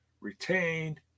retained